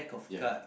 ya